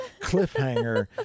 cliffhanger